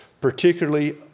particularly